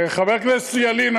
חבר הכנסת ילין,